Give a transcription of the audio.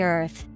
Earth